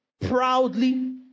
proudly